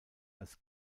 als